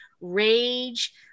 rage